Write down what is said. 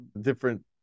different